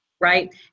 right